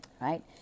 right